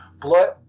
blood